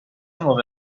موقع